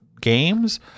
games